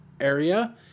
area